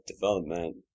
development